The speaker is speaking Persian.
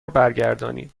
برگردانید